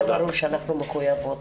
זה ברור שאנחנו מחויבות.